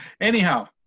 Anyhow